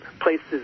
places